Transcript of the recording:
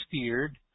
steered